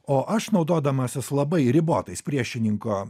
o aš naudodamasis labai ribotais priešininko